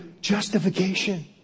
justification